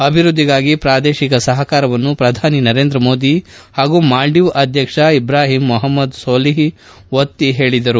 ಅಭಿವೃದ್ಧಿಗಾಗಿ ಪ್ರಾದೇಶಿಕ ಸಪಕಾರವನ್ನು ಪ್ರಧಾನಿ ನರೇಂದ್ರ ಮೋದಿ ಪಾಗೂ ಮಾಲ್ವೀವ್ಸ ಅಧ್ಯಕ್ಷ ಇಬ್ರಾಹೀಮ್ ಮುಪಮ್ದದ್ ಸೋಲಿಹ್ ಒತ್ತಿ ಹೇಳಿದರು